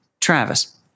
Travis